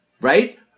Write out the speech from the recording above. right